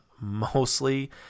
mostly